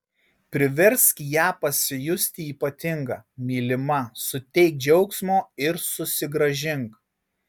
priversk ją pasijusti ypatinga mylima suteik džiaugsmo ir susigrąžink